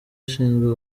ashinzwe